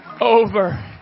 over